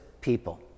people